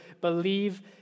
believe